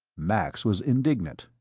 max was indignant.